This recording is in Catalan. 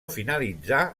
finalitzà